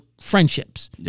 friendships